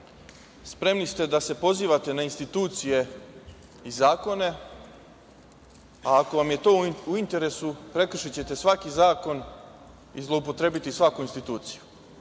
spremni ste da se pozivate na institucije i zakone, a ako vam je to u interesu, prekršićete svaki zakon i zloupotrebiti svaku insituciju,